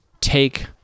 take